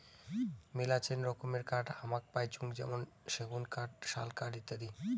মেলাছেন রকমের কাঠ হামাক পাইচুঙ যেমন সেগুন কাঠ, শাল কাঠ ইত্যাদি